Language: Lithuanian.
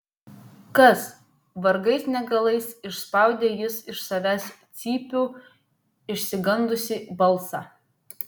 kas vargais negalais išspaudė jis iš savęs cypių išsigandusį balsą